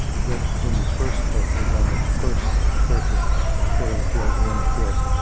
the judge for whom you first clerked was on the first circuit court of appeals, and then, of course,